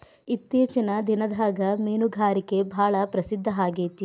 ಇತ್ತೇಚಿನ ದಿನದಾಗ ಮೇನುಗಾರಿಕೆ ಭಾಳ ಪ್ರಸಿದ್ದ ಆಗೇತಿ